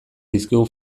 dizkigu